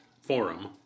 forum